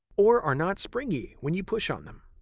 or are not springy when you push on them.